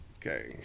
Okay